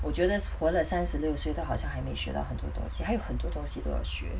我觉得活了三十六岁都好像还没学到很多东西还有很多东西都要学